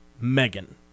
Megan